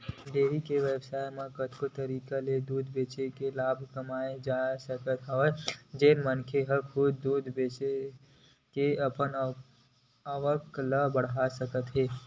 dairy के बेवसाय म कतको तरीका ले दूद बेचके लाभ कमाए जा सकत हे मनखे ह खुदे दूद बेचे के अपन आवक ल बड़हा सकत हे